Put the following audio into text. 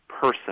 person